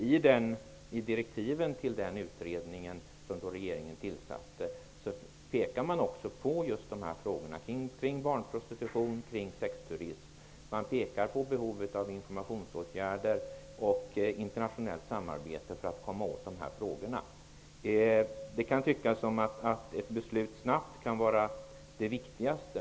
I direktiven till den utredning som regeringen tillsatte pekar man på dessa frågor kring barnprostitution och sexturism. Man pekar på behovet av informationsåtgärder och internationellt samarbete för att lösa problemen. Det kan tyckas som om ett snabbt beslut kan vara det viktigaste.